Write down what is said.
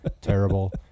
Terrible